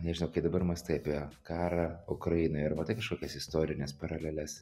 nežinau kai dabar mąstai apie karą ukrainoje ar matai kažkokias istorines paraleles